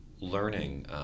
learning